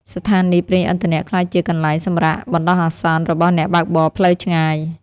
ស្ថានីយប្រេងឥន្ធនៈក្លាយជាកន្លែងសម្រាកបណ្ដោះអាសន្នរបស់អ្នកបើកបរផ្លូវឆ្ងាយ។